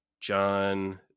John